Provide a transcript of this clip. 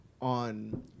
on